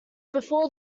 before